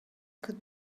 could